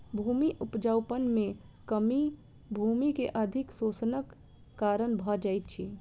भूमि उपजाऊपन में कमी भूमि के अधिक शोषणक कारण भ जाइत अछि